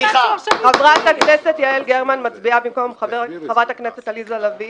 חברת הכנסת יעל גרמן מצביעה במקום חברת הכנסת עליזה לביא,